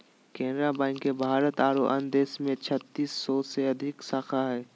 Canara bank के भारत आरो अन्य देश में छत्तीस सौ से अधिक शाखा हइ